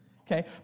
Okay